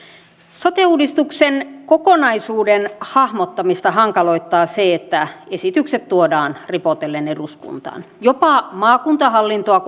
sote uudistuksen kokonaisuuden hahmottamista hankaloittaa se että esitykset tuodaan ripotellen eduskuntaan jopa maakuntahallintoa